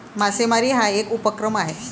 मासेमारी हा एक उपक्रम आहे